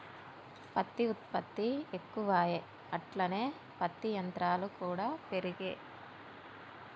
పత్తి ఉత్పత్తి ఎక్కువాయె అట్లనే పత్తి యంత్రాలు కూడా పెరిగే